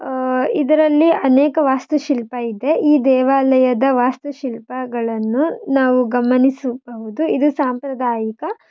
ಇದರಲ್ಲಿ ಅನೇಕ ವಾಸ್ತುಶಿಲ್ಪ ಇದೆ ಈ ದೇವಾಲಯದ ವಾಸ್ತುಶಿಲ್ಪಗಳನ್ನು ನಾವು ಗಮನಿಸಬಹುದು ಇದು ಸಾಂಪ್ರದಾಯಿಕ